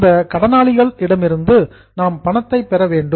அந்த கடனாளிகள் இடமிருந்து நாம் பணத்தை பெற வேண்டும்